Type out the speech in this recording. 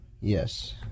Yes